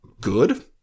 good